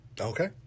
Okay